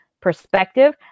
perspective